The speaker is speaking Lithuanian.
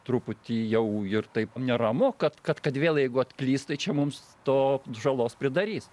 truputį jau ir taip neramu kad kad kad vėl jeigu atklysta čia mums to žalos pridarys